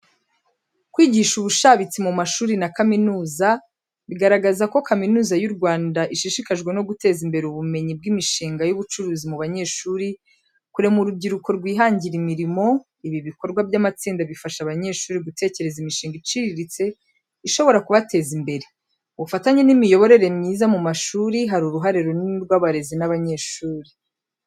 Kwigisha ubushabitsi mu mashuri na kaminuza: Bigaragaza ko kaminuza y’u Rwanda ishishikajwe no guteza imbere ubumenyi bw’imishinga y’ubucuruzi mu banyeshuri. Kurema urubyiruko rwihangira imirimo: ibi bikorwa by’amatsinda bifasha abanyeshuri gutekereza imishinga iciriritse ishobora kubateza imbere. Ubufatanye n’imiyoborere myiza mu mashuri Hari uruhare runini rw’abarezi n’abanyeshuri.